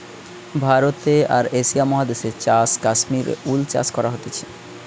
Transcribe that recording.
ভারতে আর এশিয়া মহাদেশে চাষ কাশ্মীর উল চাষ করা হতিছে